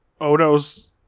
Odo's